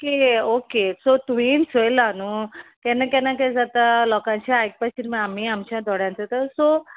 K okay so तुयेन चयला न्हू केन्ना केन्ना केदे जाता लोकांचे आयकपाची मागीर आमी आमच्या दोड्यांचो तर सो